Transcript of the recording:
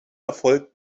erfolg